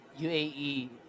UAE